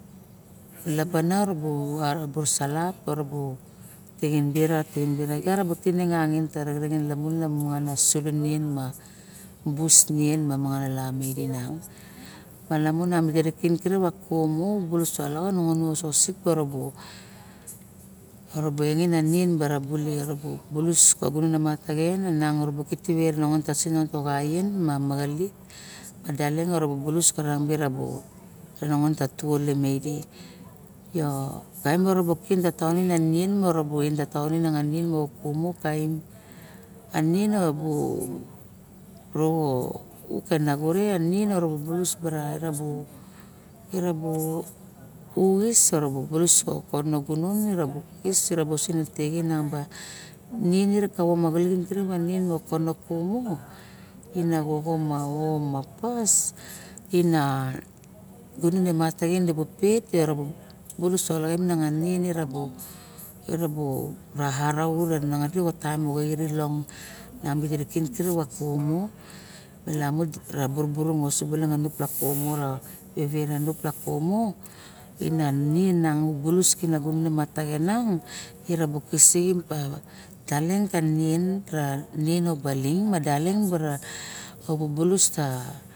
Lapana irubu arubu salat urubu tengia bara angin na mangan a bus nien ma mangan a. lamon kin kirip a kumu bulus olaxa aniang re alongon moxo axien ma magalik ia paleng mara o nonogoon ka tuat maide yo kaim mara bule mia nien muru en tongsnin a nien a kumu kaim a nien abu ruxu aur ke ngo re urixin vosik bara ira uxis bulu ko toxon a gunon toxis tereba niningin kava maga ling ba mo tongon ma ao mo pas ina gunon mataxen vet ira ba bulus nin iraba araut a naxirip a taem moxo ini long ningi kin kirip a kumu ula mu burbur bung a nupla kumu ina vera nupla kumu ina ning a gunon mataxen irabu kisada taleng ka neng ra neno baling ma daling bara kavu bulus neno baling bulus a ka.